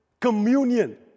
communion